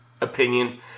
opinion